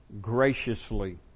graciously